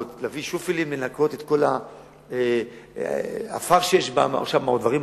להביא "שופלים" ולנקות את העפר או הסלעים?